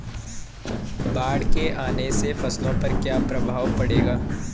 बाढ़ के आने से फसलों पर क्या प्रभाव पड़ेगा?